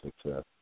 success